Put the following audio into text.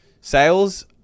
sales